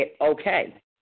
okay